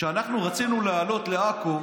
כשאנחנו רצינו להעלות לעכו,